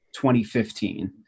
2015